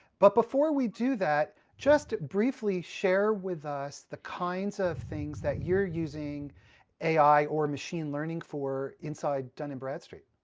but before we do that, just briefly share with us the kinds of things that you're using ai or machine learning for inside dun and bradstreet.